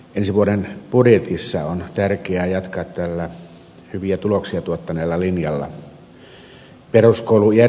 ensi vuoden budjetissa on tärkeää jatkaa tällä hyviä tuloksia tuottaneella linjalla